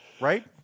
right